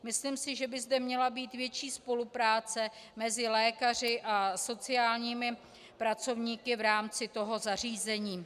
Myslím si, že by zde měla být větší spolupráce mezi lékaři a sociálními pracovníky v rámci zařízení.